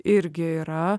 irgi yra